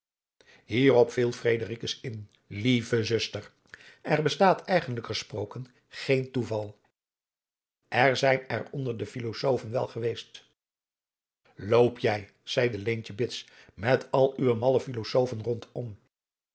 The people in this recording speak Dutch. hierop viel fredericus in lieve zuster er bestaat eigenlijk gesproken geen toeval er zijn er onder de filosofen wel geweest loop jij zeide leentje bits met al uwe malle filosofen rondom